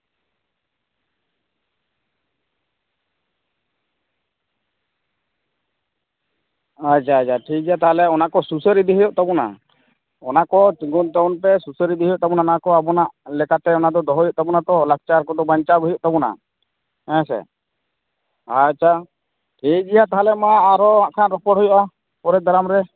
ᱟᱪᱪᱷᱟᱼᱟᱪᱪᱷᱟ ᱴᱷᱤᱠᱜᱮᱭᱟ ᱛᱟᱦᱚᱞᱮ ᱚᱱᱟ ᱠᱚ ᱥᱩᱥᱟᱹᱨ ᱤᱫᱤ ᱦᱩᱭᱩᱜ ᱛᱟᱵᱚᱱᱟ ᱚᱱᱟ ᱠᱚ ᱛᱩᱢᱟᱹᱞ ᱛᱟᱵᱚᱱ ᱯᱮ ᱥᱩᱥᱟᱹᱨ ᱤᱫᱤ ᱦᱩᱭᱩᱜ ᱛᱟᱵᱚᱱᱟ ᱚᱱᱟ ᱠᱚ ᱟᱵᱚᱱᱟᱜ ᱞᱮᱠᱟᱛᱮ ᱚᱱᱟ ᱫᱚ ᱫᱚᱦᱚᱭ ᱦᱩᱭᱩᱜ ᱛᱟᱵᱚᱱᱟ ᱛᱚ ᱞᱟᱠᱪᱟᱨ ᱠᱚᱫᱚ ᱵᱟᱧᱪᱟᱣ ᱜᱮ ᱦᱩᱭᱩᱜ ᱛᱟᱵᱚᱱᱟ ᱦᱮᱸᱥᱮ ᱟᱪᱪᱷᱟ ᱴᱷᱤᱠ ᱛᱟᱦᱚᱞᱮ ᱢᱟ ᱟᱨᱚ ᱦᱟᱸᱜ ᱠᱷᱟᱱ ᱨᱚᱯᱚᱲ ᱦᱩᱭᱩᱜᱼᱟ ᱯᱚᱨᱮᱨ ᱫᱟᱨᱟᱢ ᱨᱮ